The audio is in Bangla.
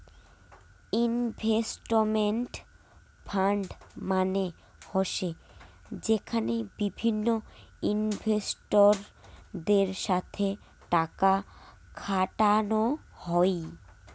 ইনভেস্টমেন্ট ফান্ড মানে হসে যেখানে বিভিন্ন ইনভেস্টরদের সাথে টাকা খাটানো হই